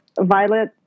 violet